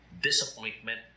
disappointment